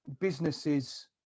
businesses